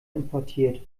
importiert